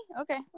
Okay